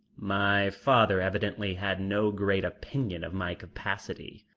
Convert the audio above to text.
my father evidently had no great opinion of my capacity.